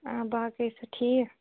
آ باقٕے ٲسوا ٹھیٖک